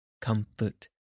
comfort